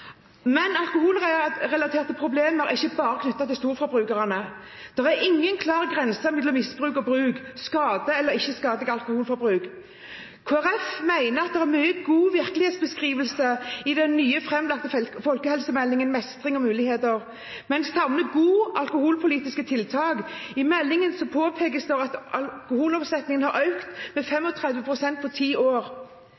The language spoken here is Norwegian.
Men alkoholrelaterte problemer er ikke bare knyttet til storforbrukerne. Det er ingen klar grense mellom misbruk og bruk, mellom skadelig og ikke skadelig alkoholforbruk. Kristelig Folkeparti mener at det er mye god virkelighetsbeskrivelse i den nye framlagte folkehelsemeldingen Mestring og muligheter, men savner gode alkoholpolitiske tiltak. I meldingen påpekes det at alkoholomsetningen har økt med 35 pst. på ti år.